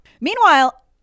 Meanwhile